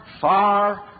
far